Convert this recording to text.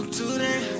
today